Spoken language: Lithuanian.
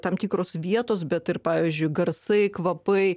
tam tikros vietos bet ir pavyzdžiui garsai kvapai